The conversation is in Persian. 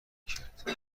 کرد